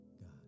God